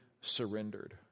surrendered